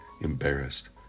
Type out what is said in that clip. embarrassed